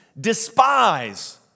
despise